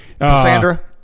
Cassandra